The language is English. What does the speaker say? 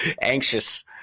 anxious